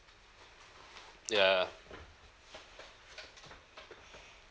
ya